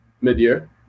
mid-year